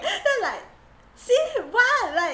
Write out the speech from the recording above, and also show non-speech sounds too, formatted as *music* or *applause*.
*laughs* then like see what like